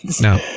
no